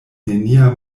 nenia